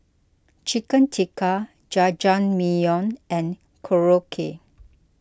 Chicken Tikka Jajangmyeon and Korokke